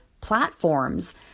platforms